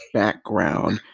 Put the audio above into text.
background